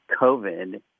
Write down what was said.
COVID